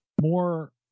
more